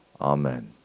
Amen